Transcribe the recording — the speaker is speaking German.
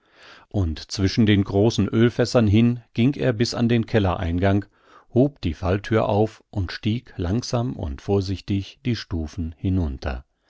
und zwischen den großen ölfässern hin ging er bis an den kellereingang hob die fallthür auf und stieg langsam und vorsichtig die stufen hinunter